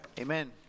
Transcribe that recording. Amen